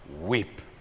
weep